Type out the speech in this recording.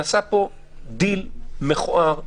נעשה פה דיל מכוער,